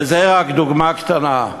זו רק דוגמה קטנה.